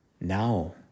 Now